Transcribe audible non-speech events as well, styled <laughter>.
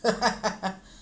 <laughs>